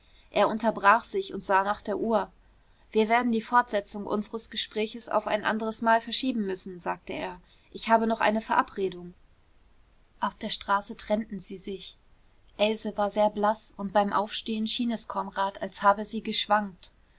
er unterbrach sich und sah nach der uhr wir werden die fortsetzung unseres gespräches auf ein anderes mal verschieben müssen sagte er ich habe noch eine verabredung auf der straße trennten sie sich else war sehr blaß und beim aufstehen schien es konrad als habe sie geschwankt